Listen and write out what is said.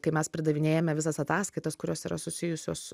kai mes pridavinėjame visas ataskaitas kurios yra susijusios